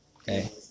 Okay